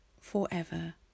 forever